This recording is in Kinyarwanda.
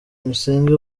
musenge